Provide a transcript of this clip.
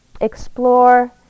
explore